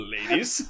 Ladies